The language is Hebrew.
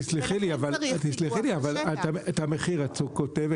תסלחי לי, אבל את המחיר את כותבת.